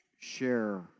share